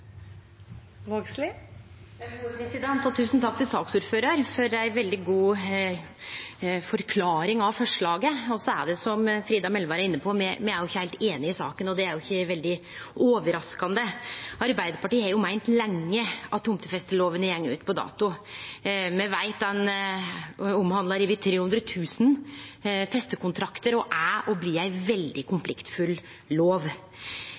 Tusen takk til saksordføraren for ei veldig god forklaring av forslaget. Som Frida Melvær er inne på, er me ikkje heilt einige i saka, og det er ikkje veldig overraskande. Arbeidarpartiet har meint lenge at tomtefesteloven har gått ut på dato. Me veit at den omhandlar over 300 000 festekontraktar og er og blir ein veldig konfliktfull lov.